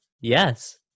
Yes